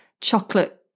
chocolate